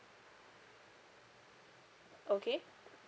okay